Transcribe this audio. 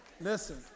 Listen